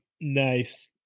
Nice